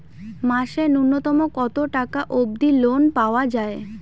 মাসে নূন্যতম কতো টাকা অব্দি লোন পাওয়া যায়?